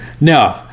No